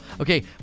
Okay